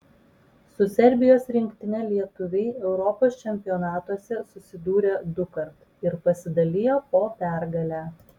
su serbijos rinktine lietuviai europos čempionatuose susidūrė dukart ir pasidalijo po pergalę